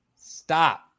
Stop